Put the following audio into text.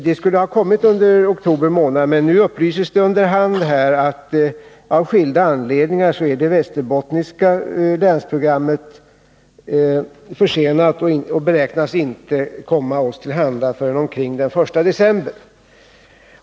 Det skulle ha kommit under oktober — Fredagen den månad, men det har under hand upplysts att programmet är försenat och att — 24 oktober 1980 det inte beräknas komma oss till handa förrän omkring den 1 december.